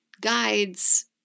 guides